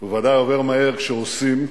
בוודאי עובר מהר כשעושים.